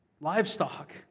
livestock